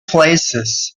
places